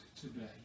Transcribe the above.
today